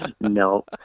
No